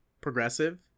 progressive